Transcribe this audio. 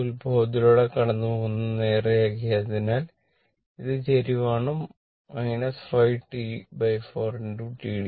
ഇത് ഉത്ഭവത്തിലൂടെ കടന്നുപോകുന്ന നേർരേഖയായതിനാൽ ഇത് ഒരു ചരിവാണ് 5 T4 tdt